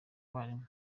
barimu